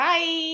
Bye